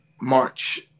march